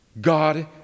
God